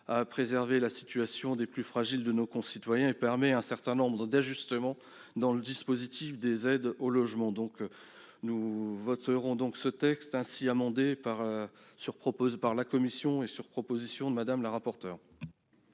à préserver la situation des plus fragiles de nos concitoyens et permettra un certain nombre d'ajustements du dispositif des aides au logement. Nous voterons donc le texte tel qu'il a été amendé par la commission et sur proposition de Mme la rapporteure.